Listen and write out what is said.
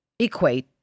Equate